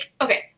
okay